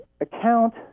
account